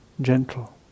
gentle